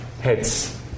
heads